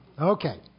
Okay